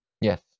Yes